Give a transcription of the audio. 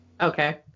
okay